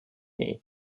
ней